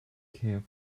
care